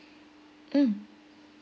mm